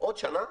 עוד שנה,